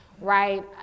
right